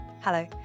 Hello